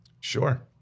Sure